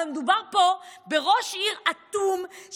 אבל מדובר פה בראש עיר אטום,